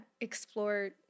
explore